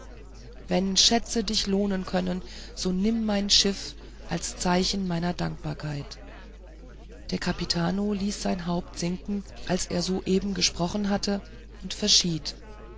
wenn schätze dich lohnen können so nimm mein schiff als zeichen meiner dankbarkeit der kapitano ließ sein haupt sinken als er so eben gesprochen hatte und verschied